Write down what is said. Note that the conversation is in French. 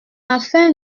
affaire